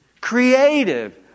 creative